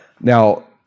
Now